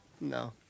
No